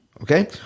okay